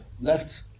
Left